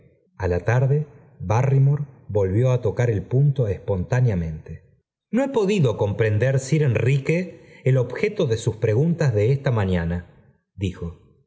a la tarde barrymore volvió á tocar el punto espontáneamente no he podido comprender sir enrique el objeto de sus preguntas de esta mañana dijo